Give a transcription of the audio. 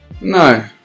No